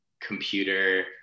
computer